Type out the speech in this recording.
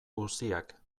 guziak